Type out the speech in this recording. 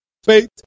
Faith